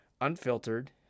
unfiltered